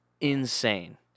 insane